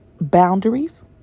boundaries